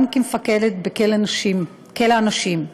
גם כמפקדת בכלא הנשים.